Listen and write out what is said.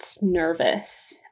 nervous